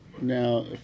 Now